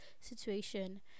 situation